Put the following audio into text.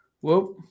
whoop